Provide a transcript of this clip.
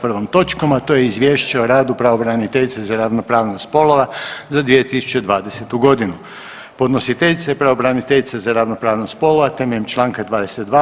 prvom točkom, a to je: - Izvješće o radu pravobraniteljice za ravnopravnost spolova za 2020. godinu Podnositeljica je pravobraniteljica za ravnopravnost spolova temeljem Članka 22.